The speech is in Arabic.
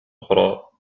أخرى